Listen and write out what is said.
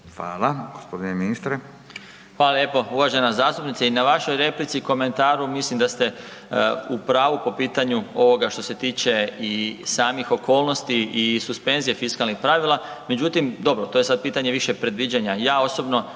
**Marić, Zdravko** Hvala lijepo uvažena zastupnice i na vašoj replici i komentaru. Mislim da ste u pravu po pitanju ovoga što se tiče i samih okolnosti i suspenzije fiskalnih pravila. Međutim, dobro to je sad pitanje više predviđanja.